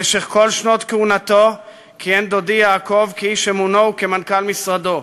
במשך כל שנות כהונתו כיהן דודי יעקב כאיש אמונו וכמנכ"ל משרדו.